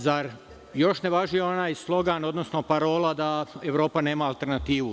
Zar još ne važi onaj slogan, odnosno parola da Evropa nema alternativu?